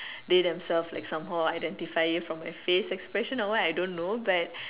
they themselves like somehow identify it from my face expression or what I don't know but